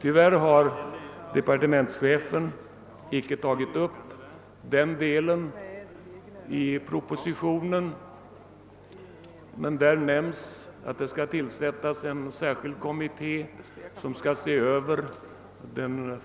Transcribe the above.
Tyvärr har departementschefen inte tagit upp den delen i propositionen, men där nämns att en särskild kommitté skall tillsättas, som skall se över utbildningen inom den